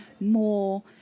more